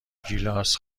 گیلاس